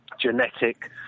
genetic